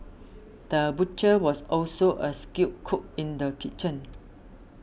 the butcher was also a skilled cook in the kitchen